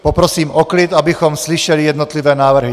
Poprosím o klid, abychom slyšeli jednotlivé návrhy.